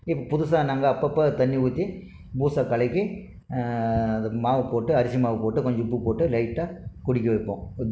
இப்போ புதுசாக நாங்கள் அப்பப்போ தண்ணி ஊற்றி பூசை கலக்கி அதை மாவு போட்டு அரிசி மாவு போட்டு கொஞ்சம் உப்பு போட்டு லைட்டாக குடிக்க வைப்போம்